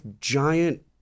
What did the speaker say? giant